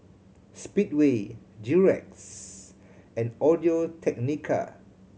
Speedway Durex and Audio Technica